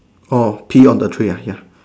oh pee on the tree uh ya